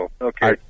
okay